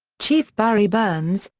chief barry burns,